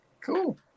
Cool